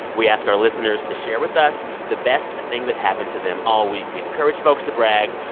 we ask our listeners to share with us the best thing that happened to them all week. we encourage folks to brag.